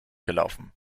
gelaufen